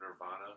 nirvana